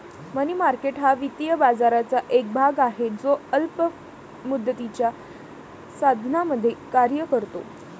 मनी market हा वित्तीय बाजाराचा एक भाग आहे जो अल्प मुदतीच्या साधनांमध्ये कार्य करतो